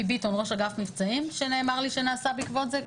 ביטון ראש אגף מבצעים שנאמר לי שנעשה בעקבות זה,